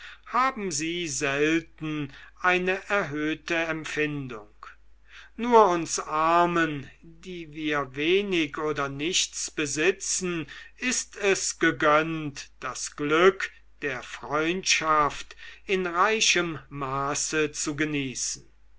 haben sie selten eine erhöhte empfindung nur uns armen die wir wenig oder nichts besitzen ist es gegönnt das glück der freundschaft in reichem maße zu genießen